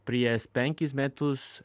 prieš penkis metus